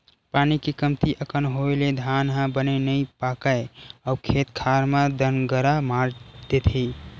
पानी के कमती अकन होए ले धान ह बने नइ पाकय अउ खेत खार म दनगरा मार देथे